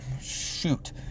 shoot